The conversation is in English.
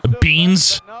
beans